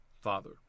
Father